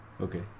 Okay